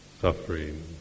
suffering